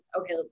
okay